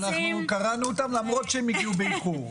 קראנו אותן למרות שהן הגיעו באיחור.